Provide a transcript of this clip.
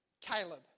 Caleb